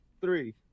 three